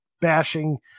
bashing